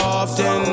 often